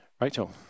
Rachel